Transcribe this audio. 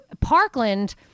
Parkland